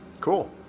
Cool